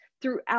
throughout